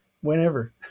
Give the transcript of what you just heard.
whenever